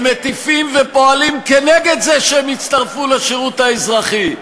שמטיפים ופועלים כנגד זה שהם יצטרפו לשירות האזרחי,